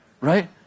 Right